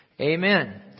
Amen